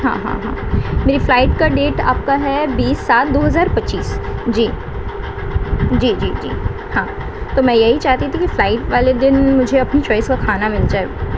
ہاں ہاں ہاں میری فلائٹ کا ڈیٹ آپ کا ہے بیس سات دو ہزار پچیس جی جی جی جی ہاں تو میں یہی چاہتی تھی کہ فلائٹ والے دن مجھے اپنی چوائس کا کھانا مل جائے